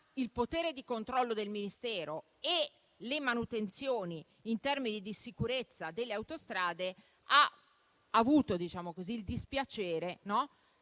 il potere di controllo del Ministero e le manutenzioni in termini di sicurezza delle autostrade, ha avuto il dispiacere